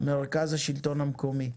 מרכז השלטון המקומי.